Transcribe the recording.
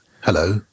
Hello